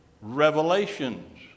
revelations